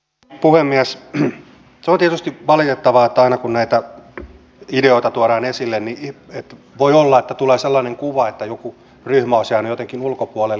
on tietysti valitettavaa että aina kun näitä ideoita tuodaan esille voi olla että tulee sellainen kuva että joku ryhmä olisi jäänyt jotenkin ulkopuolelle